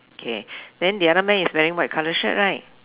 okay then the other man is wearing white colour shirt right